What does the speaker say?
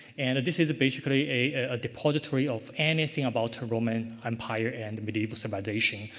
and this is a basically a a depository of anything about the roman empire and medieval civilization.